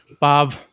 Bob